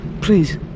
Please